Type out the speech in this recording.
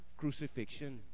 crucifixion